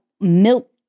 milk